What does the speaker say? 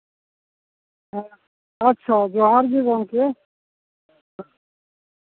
ᱟᱪᱪᱷᱟ ᱡᱚᱦᱟᱨ ᱜᱮ ᱜᱚᱢᱠᱮ